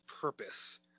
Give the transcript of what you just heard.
purpose